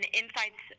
insights